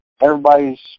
everybody's